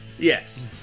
Yes